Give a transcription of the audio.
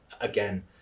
again